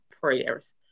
prayers